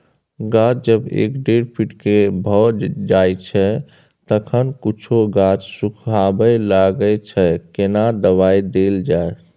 गाछ जब एक डेढ फीट के भ जायछै तखन कुछो गाछ सुखबय लागय छै केना दबाय देल जाय?